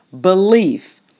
belief